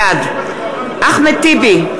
בעד אחמד טיבי,